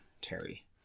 Terry